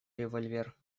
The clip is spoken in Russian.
револьвер